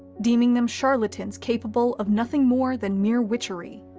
deeming them charlatans capable of nothing more than mere witchery.